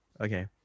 Okay